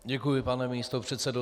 Děkuji, pane místopředsedo.